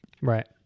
Right